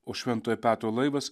o šventojo petro laivas